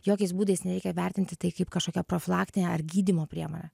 jokiais būdais nereikia vertinti tai kaip kažkokią profilaktinę ar gydymo priemonę